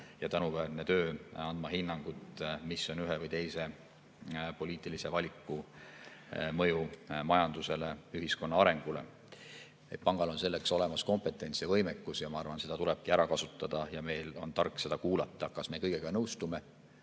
ja tänuväärne töö anda hinnanguid, mis on ühe või teise poliitilise valiku mõju majandusele, ühiskonna arengule. Pangal on selleks olemas kompetents ja võimekus. Ma arvan, et seda tulebki ära kasutada ja meil on tark seda kuulata. Kas me kõigega nõustume?